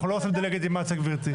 אנחנו לא עושים דה לגיטימציה גברתי.